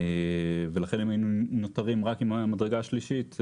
אם היינו נותרים רק עם המדרגה השלישית,